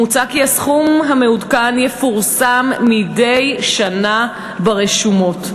מוצע כי הסכום המעודכן יפורסם מדי שנה ברשומות.